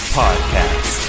podcast